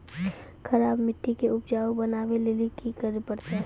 खराब मिट्टी के उपजाऊ बनावे लेली की करे परतै?